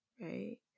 right